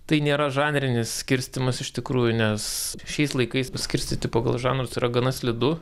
tai nėra žanrinis skirstymas iš tikrųjų nes šiais laikais paskirstyti pagal žanrus yra gana slidu